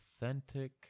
authentic